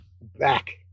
back